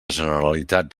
generalitat